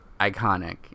Iconic